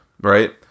right